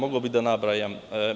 Mogao bih da nabrajam.